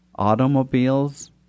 automobiles